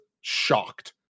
shocked